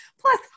plus